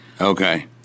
Okay